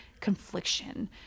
confliction